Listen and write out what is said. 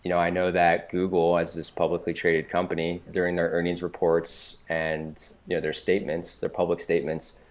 you know i know that google, as this publicly traded company, during their earnings reports and yeah their statements, their public statements,